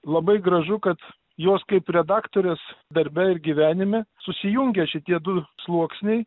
labai gražu kad jos kaip redaktorės darbe ir gyvenime susijungia šitie du sluoksniai